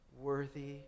Worthy